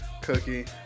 cookie